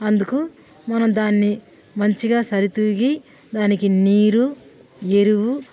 అందుకు మనం దాన్ని మంచిగా సరితూగి దానికి నీరు ఎరువు